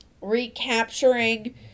recapturing